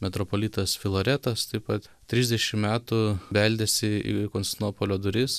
metropolitas filaretas taip pat trisdešim metų beldėsi į konstantinopolio duris